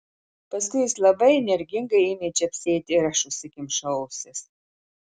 paskui jis labai energingai ėmė čepsėti ir aš užsikimšau ausis